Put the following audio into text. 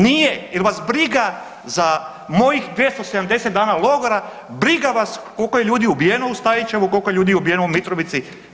Nije jer vas briga za mojih 270 dana logora, briga vas koliko je ljudi ubijeno u Stajićevu, koliko ljudi je ubijeno u Mitrovici.